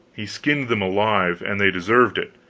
he skinned them alive, and they deserved it